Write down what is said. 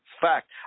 fact